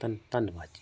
ਧੰਨ ਧੰਨਵਾਦ ਜੀ